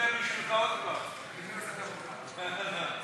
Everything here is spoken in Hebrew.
התקשרות בעסקה מתמשכת או ביטולה כמתן הודעת